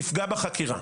יפגע בחקירה.